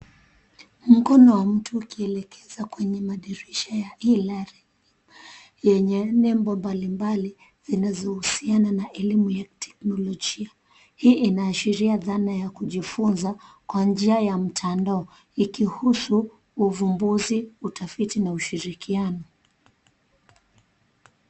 Mkono wa mtu ukielekeza kwenye madirisha ya e-learning yenye nembo mbalimbali zinazohusiana na elimu ya teknolojia. Hii inaashiria dhana ya kujifunza kwa njia ya mtandao ikihusu uvumbuzi, utafiti na ushirikiano.